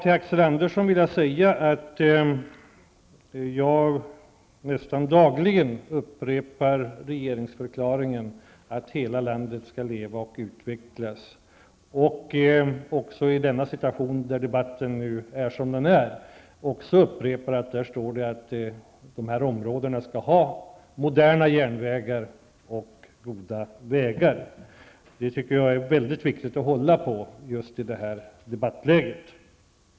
Till Axel Andersson vill jag säga att jag nästan dagligen upprepar lydelsen i regeringsförklaringen om att hela landet skall leva och utvecklas. När nu debatten är som den är vill jag också upprepa att det i regeringsförklaringen står att dessa områden skall ha moderna järnvägar och bra vägar. Det är väldigt viktigt att hålla fast vid, särskilt i det här debattläget.